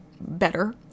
better